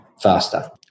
faster